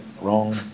wrong